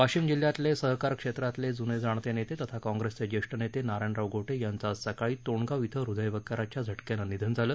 वाशिम जिल्ह्यातले सहकार क्षेत्रातले जूने जाणते नेते तथा काँप्रेसचे जेछ नेते नारायणराव गोटे यांच आज सकाळी तोंडगाव ॐ हृदयविकाराच्या झटक्यानं निधन झालं